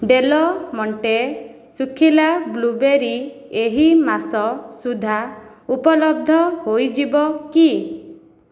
Dell Monte ଶୁଖିଲା blueberry ଏହି ମାସ ସୁଦ୍ଧା ଉପଲବ୍ଧ ହୋଇଯିବ କି